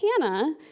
Hannah